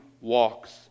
walks